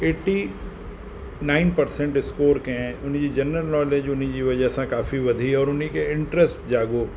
eighty nine percent score कंहिं हुनजी general knowledge हुनजी वजह सां का वधी और हुनखे इंट्रस्ट जागो